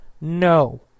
No